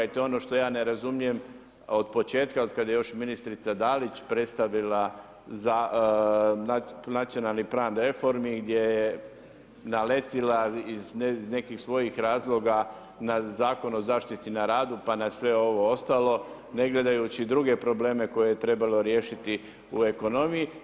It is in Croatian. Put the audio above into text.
I to je ono što ja ne razumijem, od početka od kad je još ministrica Dalić predstavila nacionalni plan reformi gdje je naletila iz nekih svojih razloga na Zakon o zaštiti na radu pa na sve ovo ostalo, ne gledajući druge probleme koje je trebalo riješiti u ekonomiji.